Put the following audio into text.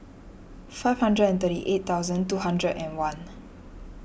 five hundred and thirty eight thousand two hundred and one